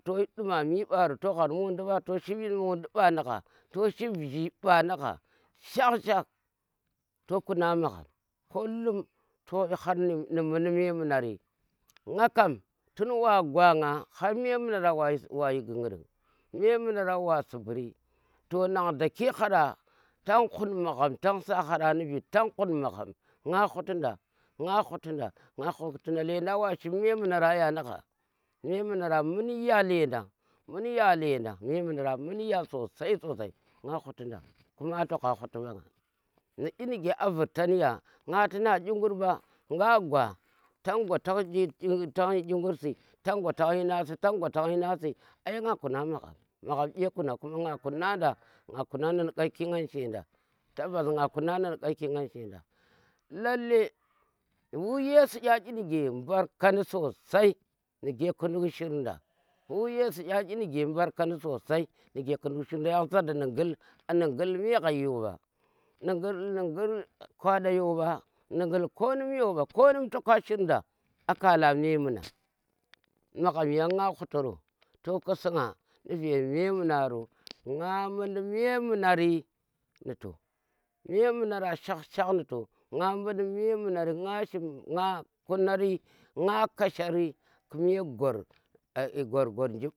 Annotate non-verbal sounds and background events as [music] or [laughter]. Toh yi ɗumami ɓaro toh ghar me mundi ɓa nagha to ship jii ba na gha shak shak to kuna magham kullum to yi haar ni mundi memunari. Nga kam tun wa gwa nga har memunara wa yi gungudin memunara wa sibiri nang da ki hara tang hut magham tang da hara ni viidi tang hut magham nga huti nda. nga huti nda, nga huti nda lendang wa ship memunara ya na gha, memunara munya ledang. munya lendang memunara munya sosai sosai nga huti nda, ni inige a vurtan ya nga lluna ingur ɓa nga gwa, tang gwa tan yi ingur si tang gwa tan yi nang si ai nga kuna magham, magham ee kuna, kuma nga kuna nda, nga kuna nda ni ƙa ki ngan shenda tabbas nga kuna nda nu ghaki nan shenda lalle bmuri yesu ɗa inige barkandi sosai nige ku nduk shirnda mbu yesu kya inuge mbarkandi sosai nuge ku duk shirnda yan sar da nu gul me ghai yoba nu gul nu gul kwada yoba nu gul konum yoba konum toka shir nda akala memuna magham yan nga hutoro yan nga huutoro to khusinga vee memunaro nga mundi memunari nu to memunara shak shak nu to nga mundi memunar nu to nga shim kunari nga kashari kume gwar. [unintelligible]